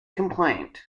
complaint